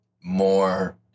more